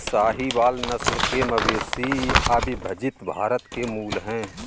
साहीवाल नस्ल के मवेशी अविभजित भारत के मूल हैं